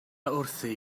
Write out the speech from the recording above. wrthi